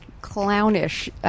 clownish